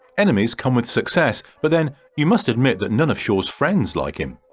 enemies come with success but then you must admit that none of shaw's friends like him,